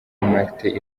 martin